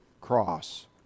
cross